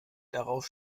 darauf